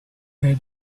her